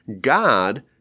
God